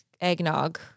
eggnog